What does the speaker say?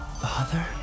Father